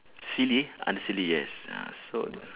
silly under silly yes ah so the